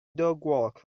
dogwalkers